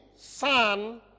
son